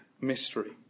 mystery